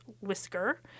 whisker